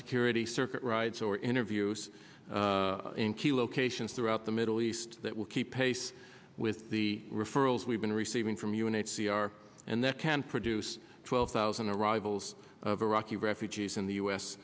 security circuit rights or interviews in key locations throughout the middle east that will keep pace with the referrals we've been receiving from u n h c r and that can produce twelve thousand arrivals of iraqi refugees in the u